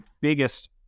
biggest